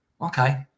Okay